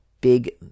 big